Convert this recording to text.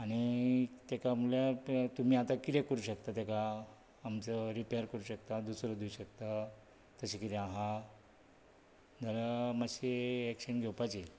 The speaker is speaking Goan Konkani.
आनी तेका म्हणल्यार तुमी आता कितें करूंक शकता तेका म्हणजे रिपॅर करूं शकता दुसरे दिव शकता तशें कितें आसा जाल्यार मात्शी एक्सचेंज घेवपाची